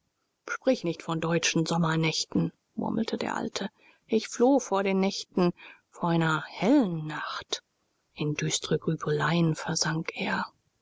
sprich nicht von deutschen sommernächten murmelte der alte ich floh vor den nächten vor einer hellen nacht in düstere grübeleien versank er